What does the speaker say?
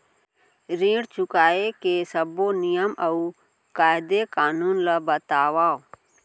ऋण चुकाए के सब्बो नियम अऊ कायदे कानून ला बतावव